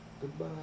Goodbye